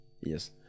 yes